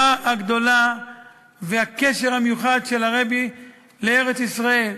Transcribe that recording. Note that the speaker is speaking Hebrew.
הגדולה והקשר המיוחד של הרבי לארץ-ישראל,